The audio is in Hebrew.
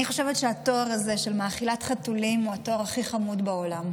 אני חושבת שהתואר הזה של "מאכילת חתולים" הוא התואר הכי חמוד בעולם.